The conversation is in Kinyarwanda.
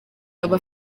aba